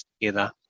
together